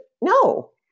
no